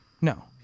No